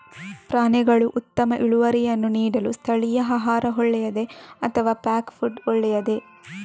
ಪ್ರಾಣಿಗಳು ಉತ್ತಮ ಇಳುವರಿಯನ್ನು ನೀಡಲು ಸ್ಥಳೀಯ ಆಹಾರ ಒಳ್ಳೆಯದೇ ಅಥವಾ ಪ್ಯಾಕ್ ಫುಡ್ ಒಳ್ಳೆಯದೇ?